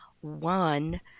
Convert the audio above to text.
one